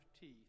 teeth